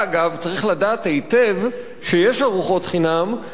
צריך לדעת היטב שיש ארוחות חינם כי הוא